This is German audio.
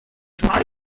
schmale